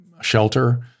shelter